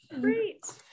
Great